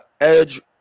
Edge